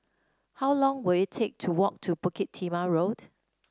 how long will it take to walk to Bukit Timah Road